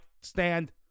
stand